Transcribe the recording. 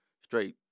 straight